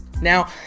Now